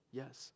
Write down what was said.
yes